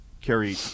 Carry